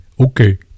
Okay